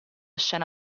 scena